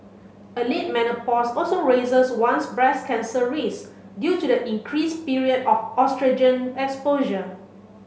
a late menopause also raises one's breast cancer risk due to the increased period of oestrogen exposure